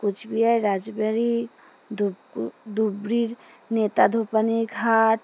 কোচবিহার রাজবাড়ি ধপ ধুবড়ির নেতাধোপানির ঘাট